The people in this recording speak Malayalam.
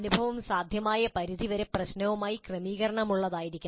അനുഭവം സാധ്യമായ പരിധി വരെ പ്രശ്നവുമായി ക്രമീകരണമുള്ളതായിരിക്കണം